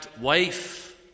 wife